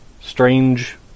strange